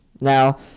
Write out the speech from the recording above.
Now